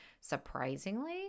surprisingly